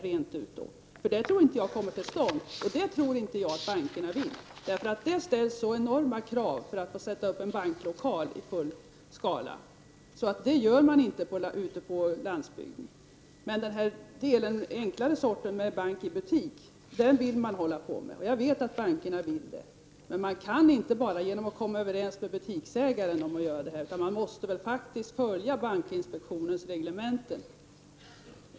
Sådana filialer tror jag inte kommer till stånd, för det tror jag inte att bankerna vill. Det ställs så enorma krav för att man skall få sätta upp en banklokal i full skala, så det gör man inte ute på landsbygden. Den enklare servicen, med bank i butik, vet jag att bankerna vill hålla på med. Men man kan inte bara komma överens med butiksägaren om denna service, utan man måste faktiskt följa bankinspektionens regler.